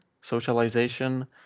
socialization